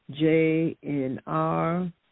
JNR